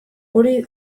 hori